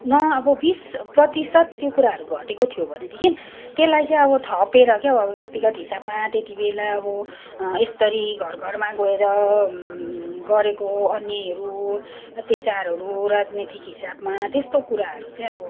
न अब बिस प्रतिशत त्यो कुराहरू घटेको थियो भनेदेखि त्यसलाई चाहिँ अब थपेर क्या हौ अब व्यक्तिगत हिसाबमा त्यति बेला अब यसरी घर घरमा गएर गरेको अन्यायहरू अत्याचारहरू राजनैतिक हिसाबमा त्यस्तो कुराहरू चाहिँ अब